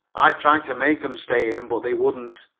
i tried to make em stay in, but they wouldn't.